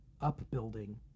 upbuilding